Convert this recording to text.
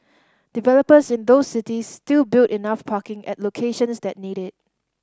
developers in those cities still build enough parking at locations that need it